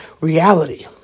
reality